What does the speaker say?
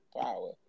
power